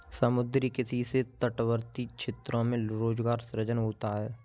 समुद्री किसी से तटवर्ती क्षेत्रों में रोजगार सृजन होता है